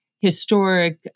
historic